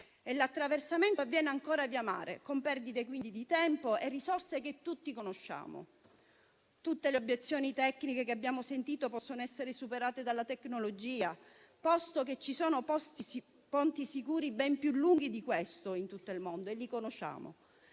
L'attraversamento avviene ancora via mare, con perdite di tempo e risorse che tutti conosciamo. Tutte le obiezioni tecniche che abbiamo sentito possono essere superate dalla tecnologia, posto che esistono ponti sicuri ben più lunghi di questo in tutto il mondo e li conosciamo.